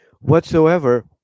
whatsoever